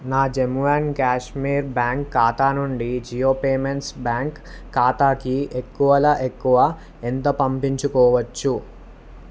నా Jammu and Kashmir bank ఖాతా నుండి జియో పేమెంట్స్ బ్యాంక్ ఖాతాకి ఎక్కువలో ఎక్కువ ఎంత పంపించుకోవచ్చు